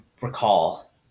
recall